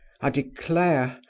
i declare,